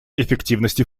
эффективности